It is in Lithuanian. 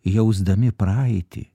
jausdami praeitį